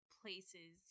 places